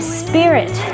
spirit